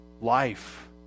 Life